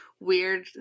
weird